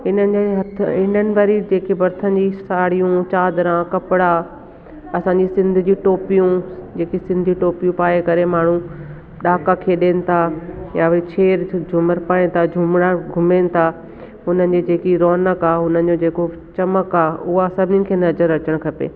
इन्हनि जे हथ इन्हनि वरी जेकी बर्थनि जी साड़ियूं चादरा कपड़ा असांजी सिंध जी टोपियूं जेकी सिंधी टोपियूं पाए करे माण्हू डहाका खेॾनि था या वरी छेज झूमर पाए था झूमणा घुमनि था हुननि जी जेकी रोनक आहे हुननि जो जेको चमक आहे उहा सभिनि खे नज़रि अचणु खपे